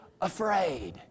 afraid